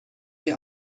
die